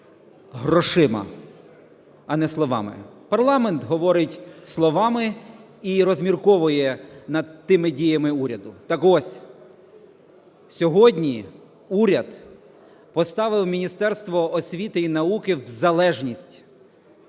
грошима, а не словами. Парламент говорить словами і розмірковує над тими діями уряду. Так ось, сьогодні уряд поставив Міністерство освіти і науки в залежність.